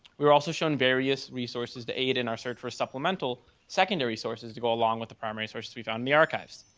we were also shown various resources to aid in our search for supplemental secondary sources to go along with the primary sources we found in the archives.